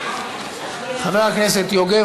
חבר הכנסת יוגב,